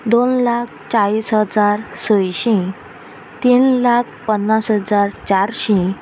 दोन लाख चाळीस हजार सयशीं तीन लाख पन्नास हजार चारशीं